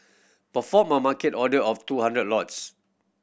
perform a market order of two hundred lots